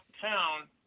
town